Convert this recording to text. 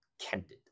candid